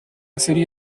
serie